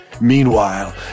Meanwhile